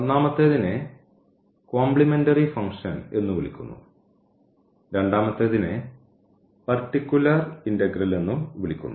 ഒന്നാമത്തെതിനെ complementary function എന്നു വിളിക്കുന്നു രണ്ടാമത്തേതിനെ പർട്ടിക്കുലർ ഇന്റഗ്രൽ എന്നും വിളിക്കുന്നു